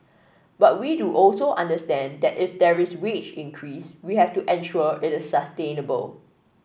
but we do also understand that if there is wage increase we have to ensure it is sustainable